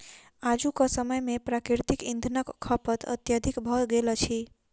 आजुक समय मे प्राकृतिक इंधनक खपत अत्यधिक भ गेल अछि